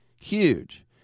huge